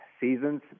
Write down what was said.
seasons